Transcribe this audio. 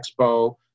expo